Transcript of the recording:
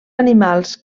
animals